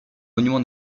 monument